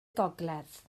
gogledd